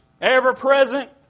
ever-present